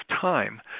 time